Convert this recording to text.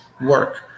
work